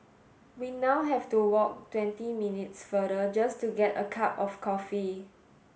we now have to walk twenty minutes farther just to get a cup of coffee